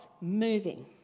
moving